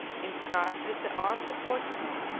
inscribed with the arms of portugal,